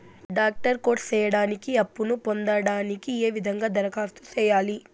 Doctor course సేయడానికి అప్పును పొందడానికి ఏ విధంగా దరఖాస్తు సేయాలి?